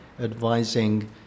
advising